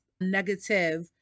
negative